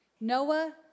Noah